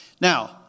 Now